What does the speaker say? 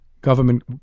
government